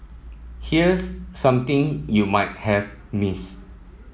here's something you might have missed